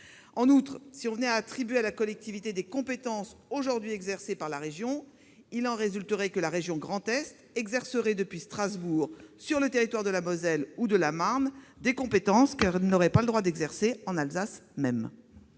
En outre, si l'on en venait à attribuer à la collectivité des compétences aujourd'hui exercées par la région, il en résulterait que la région Grand Est exercerait depuis Strasbourg, sur le territoire de la Moselle ou de la Marne, des compétences qu'elle n'aurait même pas le droit d'exercer en Alsace.